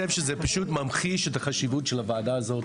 פשוט ממחיש את החשיבות של הוועדה הזו.